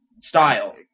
Style